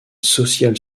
social